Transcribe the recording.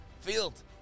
field